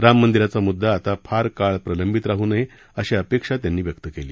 राम मंदिराचा मुद्दा आता फार काळ प्रलंबित राह नये अशी अपेक्षा त्यांनी व्यक्त केली